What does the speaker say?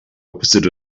opposite